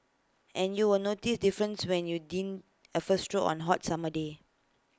and you will notice difference when you dine on hot summer day